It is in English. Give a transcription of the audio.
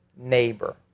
neighbor